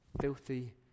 filthy